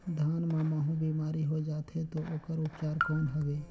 धान मां महू बीमारी होय जाथे तो ओकर उपचार कौन हवे?